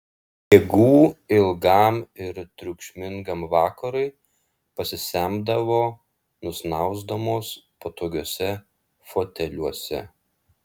jėgų ilgam ir triukšmingam vakarui pasisemdavo nusnausdamos patogiuose foteliuose